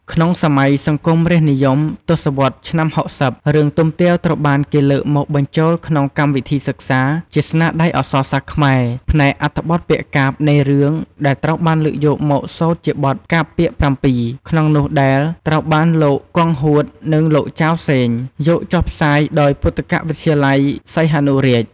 ក្នុងសម័យសង្គមរាស្ត្រនិយម ទស្សវតន៍ឆ្នាំ៦០ រឿងទុំទាវ ត្រូវបានគេលើកមកបញ្ជូលក្នុងកម្មវិធីសិក្សា ជាស្នាដៃអក្សរសាស្ត្រខ្មែរ ផ្នែកអត្ថបទពាក្យកាព្យនៃរឿង ដែលត្រូវបានលើកយកមកសូត្រជាបទកាព្យ ពាក្យ៧ ក្នុងនោះដែលត្រូវបានលោក គង់ហួត និង លោកចាវ សេង យកចុះផ្សាយដោយពុទ្ធកវិទ្យាល័យសីហនុរាជ។